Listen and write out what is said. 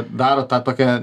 daro tą tokią